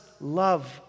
love